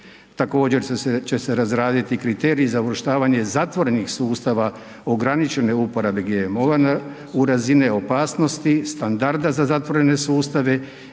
Također će se razraditi kriteriji za uvrštavanje zatvorenih sustava ograničene uporabe GMO-a u razine opasnosti, standarda za zatvorene sustave,